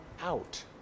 out